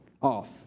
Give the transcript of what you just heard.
off